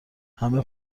همه